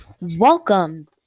welcome